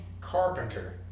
Carpenter